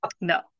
No